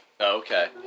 okay